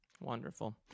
Wonderful